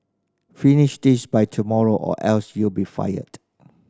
finish this by tomorrow or else you'll be fired